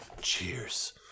Cheers